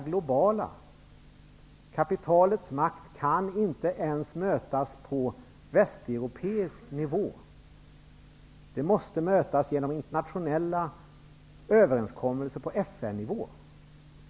Problemen med kapitalets makt kan inte ens mötas på västeuropeisk nivå. De måste mötas genom internationella överenskommelser på FN nivå.